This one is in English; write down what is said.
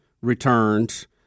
returns